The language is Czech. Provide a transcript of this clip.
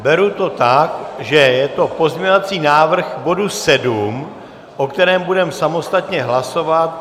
Beru to tak, že je to pozměňovací návrh k bodu 7, o kterém budeme samostatně hlasovat.